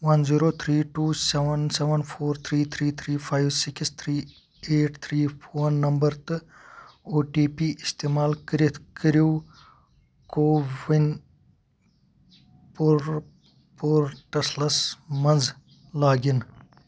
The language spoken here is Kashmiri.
وَن zero three two seven seven four three three three five six three eight three phone number تہٕ او ٹی پی استعمال کٔرِتھ کٔرِو کو وِن پورٹلس مَنٛز لاگ اِن